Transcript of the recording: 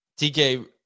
TK